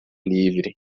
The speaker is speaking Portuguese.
livre